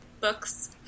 books